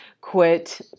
quit